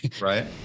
Right